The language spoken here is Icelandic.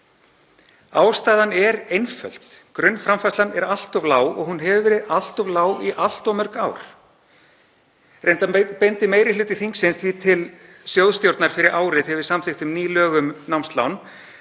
Ástæðan er einföld. Grunnframfærslan er allt of lág og hún hefur verið allt of lág í allt of mörg ár. Reyndar beindi meiri hluti þingsins því til sjóðstjórnar fyrir ári, þegar við samþykktum ný lög um námslán,